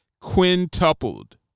quintupled